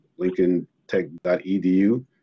lincolntech.edu